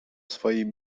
swojej